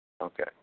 Okay